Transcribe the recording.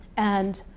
and